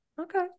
okay